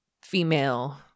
female